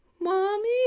Mommy